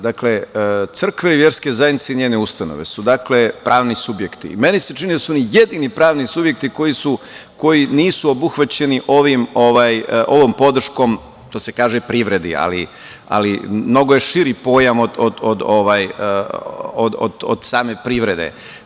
Dakle, crkve i verske zajednici i njene ustanove su pravni subjekti i meni se čini da su oni jedini pravni subjekti koji nisu obuhvaćeni ovom podrškom što se kaže privredi, ali mnogo je širi pojam od same privrede.